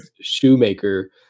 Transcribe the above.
shoemaker